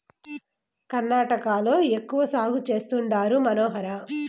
కర్ణాటకలో ఎక్కువ సాగు చేస్తండారు మనోహర